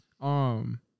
Um-